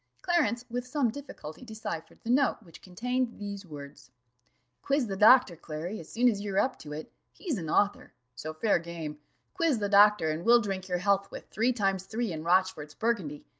clarence with some difficulty deciphered the note, which contained these words quiz the doctor, clary, as soon as you are up to it he's an author so fair game quiz the doctor, and we'll drink your health with three times three in rochfort's burgundy.